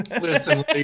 Listen